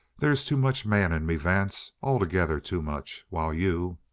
there's too much man in me, vance. altogether too much, while you